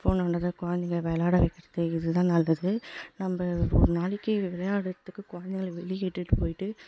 phone நோண்டாதா குழந்தைகள விளாட வைக்கிறது இது தான் நல்லது நம்ம ஒரு நாளைக்கு விளையாடுறத்துக்கு குழந்தைகள வெளியே இட்டுகிட்டு போய்ட்டு